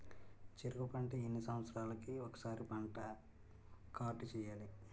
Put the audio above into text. చెరుకు పంట ఎన్ని సంవత్సరాలకి ఒక్కసారి పంట కార్డ్ చెయ్యాలి?